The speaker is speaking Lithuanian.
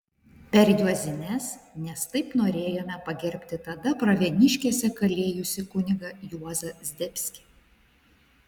per juozines nes taip norėjome pagerbti tada pravieniškėse kalėjusi kunigą juozą zdebskį